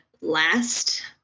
last